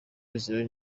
israel